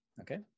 Okay